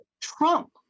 Trump